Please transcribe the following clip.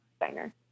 designer